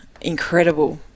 incredible